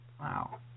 Wow